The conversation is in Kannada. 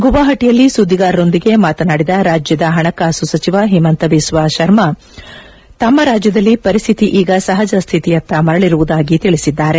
ಗುವಾಪಟಿಯಲ್ಲಿ ಸುಧಿಗಾರರೊಂದಿಗೆ ಮಾತನಾಡಿದ ರಾಜ್ಯದ ಹಣಕಾಸು ಸಚಿವ ಹಿಮಂತ ಬಿಸ್ತ ಶರ್ಮಾ ತಮ್ನ ರಾಜ್ಯದಲ್ಲಿ ಪರಿಸ್ತಿತಿ ಈಗ ಸಹಜ ಸ್ತಿತಿಯತ್ನ ಮರಳರುವುದಾಗಿ ತಿಳಿಸಿದ್ದಾರೆ